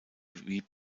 wie